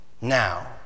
Now